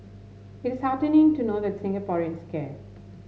it is heartening to know that Singaporeans care